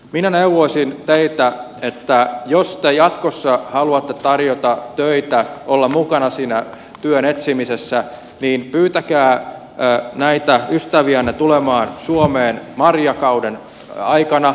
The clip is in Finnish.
minä neuvoisin teitä että jos te jatkossa haluatte tarjota töitä olla mukana siinä työn etsimisessä niin pyytäkää näitä ystäviänne tulemaan suomeen marjakauden aikana